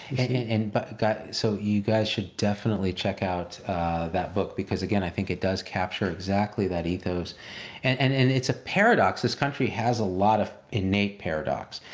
and but so you guys should definitely check out that book because again, i think it does capture exactly that ethos and and it's a paradox. this country has a lot of innate paradox,